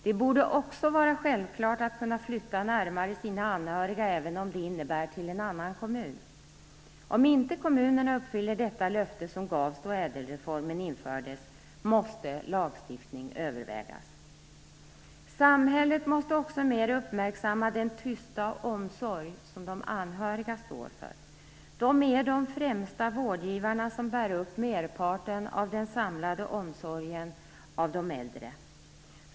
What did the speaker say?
Det borde också vara självklart att kunna flytta närmare sina anhöriga även om det innebär till en annan kommun. Om kommunerna inte uppfyller detta löfte, som gavs då ÄDEL reformen infördes, måste lagstiftning övervägas. Samhället måste också mer uppmärksamma den tysta omsorg som de anhöriga står för. De är de främsta vårdgivarna och bär upp merparten av den samlade omsorgen av de äldre.